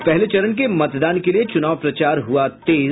और पहले चरण के मतदान के लिये चुनाव प्रचार हुआ तेज